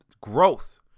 growth